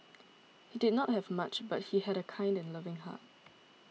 he did not have much but he had a kind and loving heart